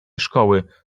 szkoły